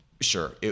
sure